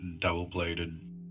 double-bladed